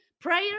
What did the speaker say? prayer